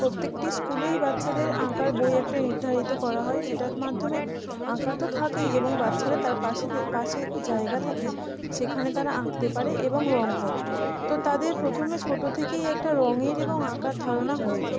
প্রত্যেকটি স্কুলেই বাচ্চাদের আঁকার বই একটা নির্ধারিত করা হয় যেটার মাধ্যমে আঁকা তো থাকেই এবং বাচ্চাদের তার পাশে থে পাশে জায়গা থাকে সেখানে তারা আঁকতে পারে এবং রঙ করে তো তাদের প্রথমে ছোটো থেকেই একটা রঙের এবং আঁকার ধারণা হয়ে যায়